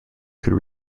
could